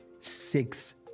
six